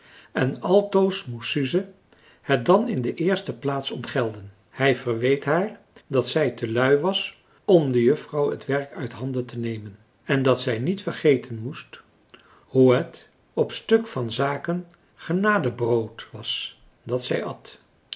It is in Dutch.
en altoos moest suze het dan in de eerste plaats ontgelden hij verweet haar dat zij te lui was om de juffrouw het werk uit de handen te nemen en dat zij niet vergeten moest hoe het op stuk van zaken genadebrood was dat zij at